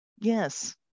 Yes